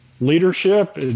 leadership